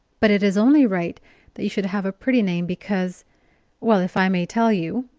but it is only right that you should have a pretty name, because well, if i may tell you,